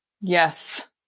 Yes